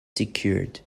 secured